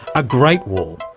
a great wall,